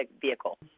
vehicle